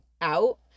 out